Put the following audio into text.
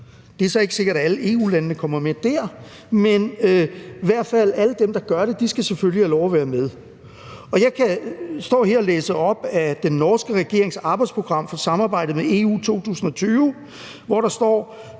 Det er så ikke sikkert, at alle EU-landene kommer med der, men i hvert fald skal alle dem, der gør det, selvfølgelig have lov at være med. Jeg står her med den norske regerings arbejdsprogram for samarbejdet med EU 2020, hvor der står